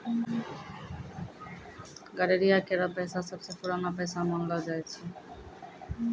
गड़ेरिया केरो पेशा सबसें पुरानो पेशा मानलो जाय छै